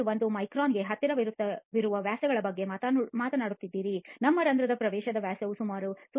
1 micron ಗೆ ಹತ್ತಿರವಿರುವ ವ್ಯಾಸಗಳ ಬಗ್ಗೆ ಮಾತನಾಡುತ್ತಿದ್ದೀರಿ ನಿಮ್ಮ ರಂಧ್ರದ ಪ್ರವೇಶ ವ್ಯಾಸವು ಸುಮಾರು 0